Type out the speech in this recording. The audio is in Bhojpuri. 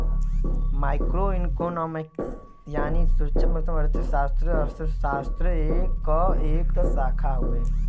माइक्रो इकोनॉमिक्स यानी सूक्ष्मअर्थशास्त्र अर्थशास्त्र क एक शाखा हउवे